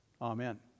Amen